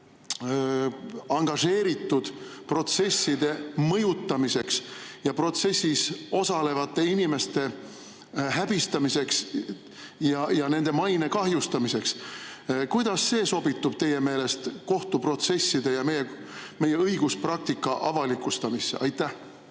angažeeritud protsesside mõjutamiseks, protsessis osalevate inimeste häbistamiseks ja nende maine kahjustamiseks. Kuidas see sobitub teie meelest kohtuprotsesside ja meie õiguspraktika avalikustamisse? Aitäh!